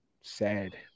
Sad